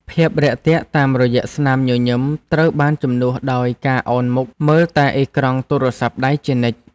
ភាពរាក់ទាក់តាមរយៈស្នាមញញឹមត្រូវបានជំនួសដោយការអោនមុខមើលតែអេក្រង់ទូរស័ព្ទដៃជានិច្ច។